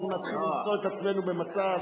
אנחנו נתחיל למצוא את עצמנו במצב,